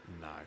No